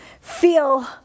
feel